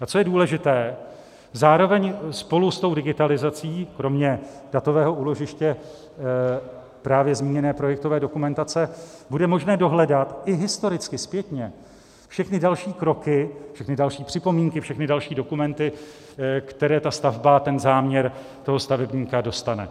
A co je důležité, zároveň spolu s digitalizací kromě datového úložiště právě zmíněné projektové dokumentace bude možné dohledat i historicky, zpětně, všechny další kroky, všechny další připomínky, všechny další dokumenty, které ta stavba a ten záměr stavebníka dostane.